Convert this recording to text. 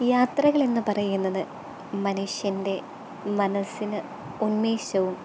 യാത്രകൾ എന്നു പറയുന്നത് മനുഷ്യൻ്റെ മനസ്സിന് ഉന്മേഷവും